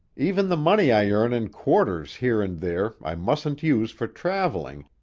even the money i earn in quarters here and there i mustn't use for traveling,